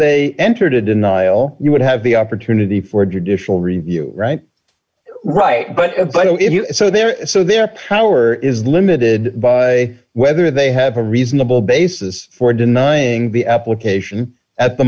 they entered a denial you would have the opportunity for judicial review right right but a but if you so they're so their power is limited by whether they have a reasonable basis for denying the application at the